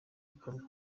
bikorwa